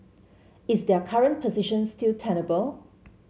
is their current position still tenable